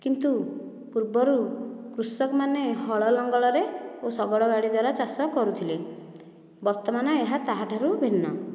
କିନ୍ତୁ ପୂର୍ବରୁ କୃଷକ ମାନେ ହଳ ଲଙ୍ଗଳରେ ଓ ଶଗଡ଼ ଗାଡ଼ି ଦ୍ୱାରା ଚାଷ କରୁଥିଲେ ବର୍ତ୍ତମାନ ଏହା ତାହାଠାରୁ ଭିନ୍ନ